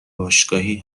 باشگاهی